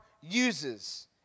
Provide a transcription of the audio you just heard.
uses